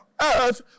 earth